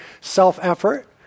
self-effort